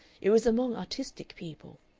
it was among artistic people.